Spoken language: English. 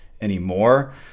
anymore